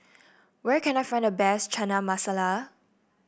where can I find the best Chana Masala